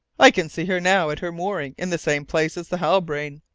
i can see her now at her moorings in the same place as the halbrane.